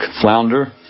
flounder